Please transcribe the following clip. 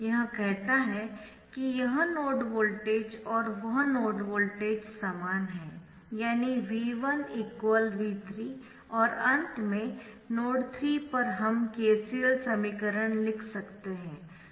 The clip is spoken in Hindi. यह कहता है कि यह नोड वोल्टेज और वह नोड वोल्टेज समान है यानी V1 V3 और अंत में नोड 3 पर हम KCL समीकरण लिख सकते है